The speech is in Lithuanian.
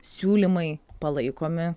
siūlymai palaikomi